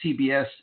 CBS